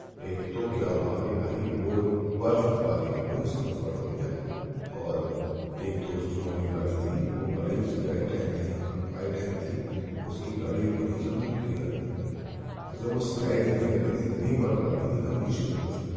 ایک تو کیا ہوا کہ بھائی وہ برف باری ہو گئی اسنو فال ہو گیا اور ایک دوست جو ہماری گاڑی تھی وہ گاڑی اس کی آئی ٹین تھی ہاں آئی ٹین تھی اس کی گاڑی اوپر ہی چڑھنے کو تیار نہیں مطلب وہ سلائڈ اتنی کر رہی تھی اتنی برف باری تھی کہ ہم بیچ میں پھنس گئے